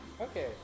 Okay